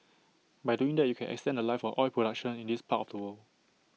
by doing that you can extend The Life of oil production in this part of the world